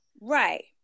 Right